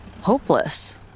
hopeless